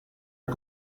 che